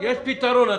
יש פתרון.